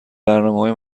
برنامههای